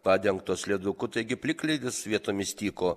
padengtos leduku taigi plikledis vietomis tyko